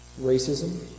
Racism